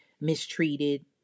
mistreated